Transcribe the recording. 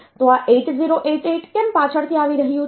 તો આ 8088 કેમ પાછળથી આવી રહ્યું છે